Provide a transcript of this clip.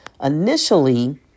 Initially